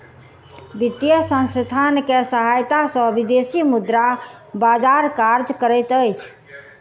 वित्तीय संसथान के सहायता सॅ विदेशी मुद्रा बजार कार्य करैत अछि